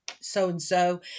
so-and-so